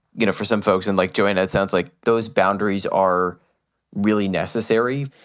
you know, for some folks and like joanna, it sounds like those boundaries are really necessary.